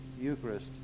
Eucharist